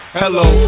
hello